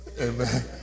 Amen